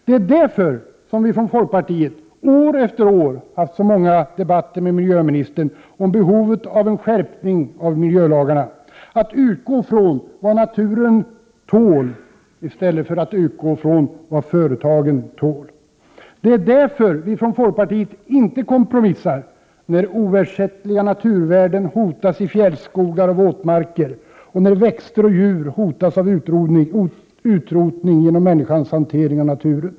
Det är därför vi från folkpartiet år efter år haft så många debatter med miljöministern om behovet av en skärpning av miljölagarna, av att utgå från vad naturen tål i stället för att utgå från vad företagen tål. 107 Det är därför vi från folkpartiet inte kompromissar, när oersättliga naturvärden hotas i fjällskogar och våtmarker och när växter och djur hotas av utrotning genom människans hantering av naturen.